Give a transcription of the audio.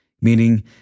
meaning